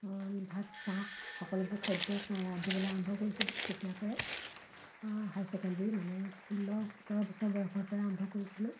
ভাত চাহ সকলোবোৰ খাদ্য ৰান্ধিবলৈ আৰম্ভ কৰিছিলোঁ তেতিয়াৰ পৰাই হাই ছেকেণ্ডৰী মানে ষোল্ল সোতৰ বছৰ বয়সৰ পৰা আৰম্ভ কৰিছিলোঁ